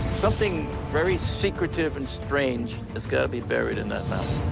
something very secretive and strange has gotta be buried in that mountain.